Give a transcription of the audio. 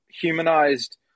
humanized